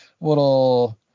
little